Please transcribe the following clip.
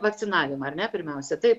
vakcinavimą ar ne pirmiausia taip